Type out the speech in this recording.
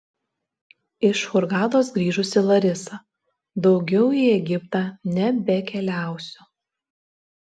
iš hurgados grįžusi larisa daugiau į egiptą nebekeliausiu